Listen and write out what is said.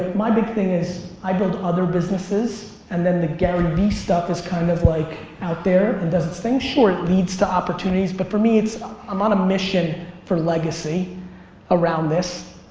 my big thing is, i build other businesses and then the garyvee stuff is kind of like out there and does its thing. sure, it leads to opportunities, but for me, i'm um on a mission for legacy around this.